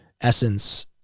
essence